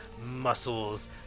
muscles